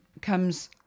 comes